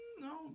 No